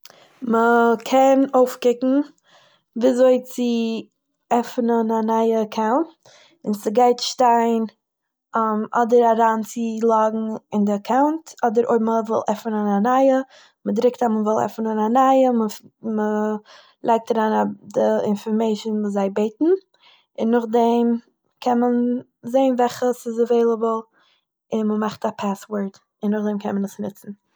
מ'קען אויפקוקן וויאזוי צו עפענען א נייע אקאונט, און ס'גייט שטיין אדער אריינצולאגן אין די אקאונט, אדער אויב מען וויל עפענען א נייע, מ'דריקט אז מ'וויל עפענען א נייע מ- מ'לייגט אריין די אינפארמעישן וואס זיי בעטן און נאכדעם קען מען זעהן וועלכע ס'איז אוועילעבל און מען מאכט א פאסווארד, און נאכדעם קען מען עס ניצן